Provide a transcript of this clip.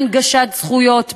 הנגשת זכויות בסיסיות,